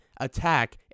attack